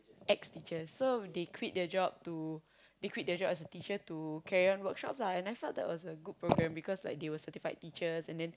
ex teachers so they quit their job to they quit their job as a teacher to carry on workshops lah and I felt that was a good program because like they were certified teachers and then